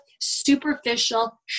superficial